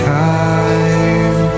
time